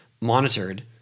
monitored